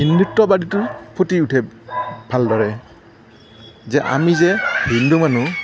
হিন্দুত্ববাদটো ফুটি উঠে ভালদৰে যে আমি যে হিন্দু মানুহ